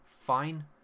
fine